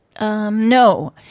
No